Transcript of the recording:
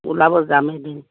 ওলাব যাম এদিন